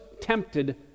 tempted